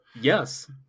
Yes